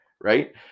right